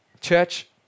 Church